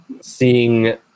Seeing